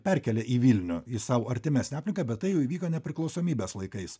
perkelia į vilnių į sau artimesnę aplinką bet tai jau įvyko nepriklausomybės laikais